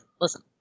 listen